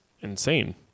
insane